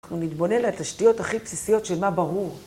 אנחנו נתבונן לתשתיות הכי בסיסיות של מה ברור.